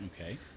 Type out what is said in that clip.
Okay